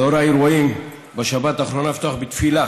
לאור האירועים בשבת האחרונה, לפתוח בתפילה